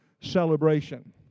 celebration